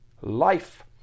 life